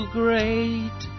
great